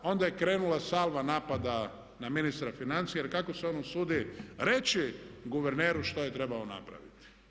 Onda je krenula salva napada na ministra financija, jer kako se on usudi reći guverneru što je trebao napraviti.